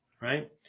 right